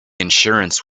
insurance